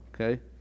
Okay